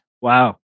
Wow